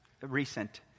recent